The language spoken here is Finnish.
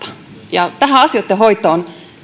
tähän asioitten hoitoon